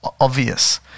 obvious